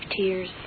tears